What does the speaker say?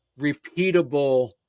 repeatable